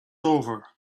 over